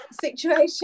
situation